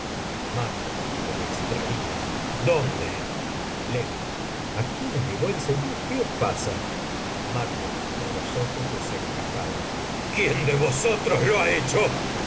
aquí mi buen señor qué os pasa con los ojos desencajados quién de vosotros lo ha hecho